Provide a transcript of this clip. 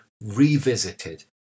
revisited